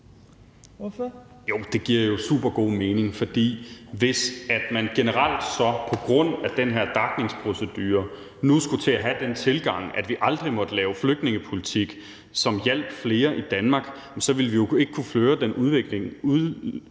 (SF): Jo, det giver jo supergod mening, for hvis man generelt på grund af den her DAC'ningsprocedure nu skulle til at have den tilgang, at vi aldrig måtte lave flygtningepolitik, som hjalp flere i Danmark, så ville vi jo ikke kunne føre den